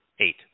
Eight